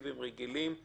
נורמטיביים רגילים?